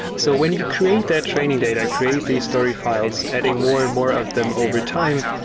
so when you create that training data, create these story files, adding more and more of them over time,